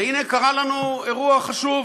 והנה קרה לנו אירוע חשוב,